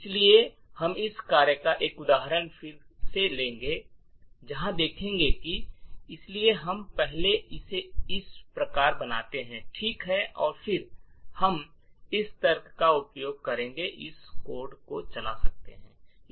इसलिए हम इस कार्य का एक उदाहरण फिर से देखेंगे इसलिए हम पहले इसे इस प्रकार बनाते हैं ठीक है और फिर हम इस तर्क का उपयोग करके इस कोड को चला सकते हैं